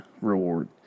reward